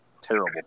Terrible